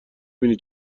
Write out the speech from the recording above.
بینی